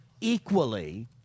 equally